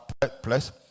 place